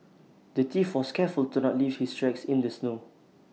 the thief was careful to not leave his tracks in the snow